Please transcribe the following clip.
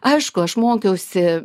aišku aš mokiausi